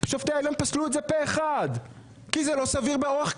שופטי העליון פסלו את זה פה אחד כי זה לא סביר באורח קיצוני.